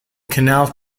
canal